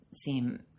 seem